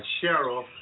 sheriff